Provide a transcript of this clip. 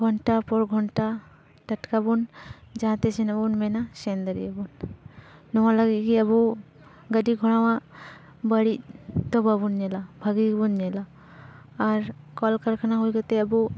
ᱜᱷᱚᱱᱴᱟᱨ ᱯᱚᱨ ᱜᱷᱚᱱᱴᱟ ᱴᱟᱴᱠᱟᱵᱚᱱ ᱡᱟᱦᱟᱸᱛᱮ ᱥᱮᱱᱚᱜ ᱵᱚᱱ ᱢᱮᱱᱟ ᱥᱮᱱ ᱫᱟᱲᱮ ᱟᱵᱚᱱ ᱱᱚᱣᱟ ᱞᱟᱹᱜᱤᱫ ᱜᱮ ᱟᱵᱚ ᱜᱟᱹᱰᱤ ᱜᱷᱚᱲᱟᱣᱟᱜ ᱵᱟᱹᱲᱤᱡ ᱫᱚ ᱵᱟᱵᱚᱱ ᱧᱮᱞᱟ ᱵᱷᱟᱹᱜᱤ ᱜᱮᱵᱩᱱ ᱧᱮᱞᱟ ᱟᱨ ᱠᱚᱞᱠᱟᱨᱠᱷᱟᱱᱟ ᱦᱩᱭ ᱠᱟᱛᱮ ᱟᱵᱚ